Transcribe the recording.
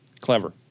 Clever